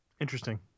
Interesting